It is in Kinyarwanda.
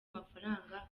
amafaranga